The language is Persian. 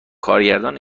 کارگردان